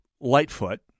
Lightfoot